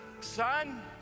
son